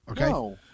okay